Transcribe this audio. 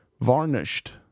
varnished